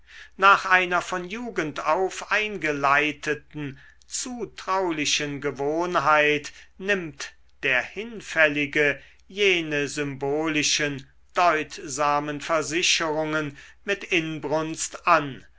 nach einer von jugend auf eingeleiteten zutraulichen gewohnheit nimmt der hinfällige jene symbolischen deutsamen versicherungen mit inbrunst an